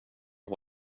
att